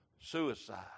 suicide